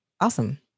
awesome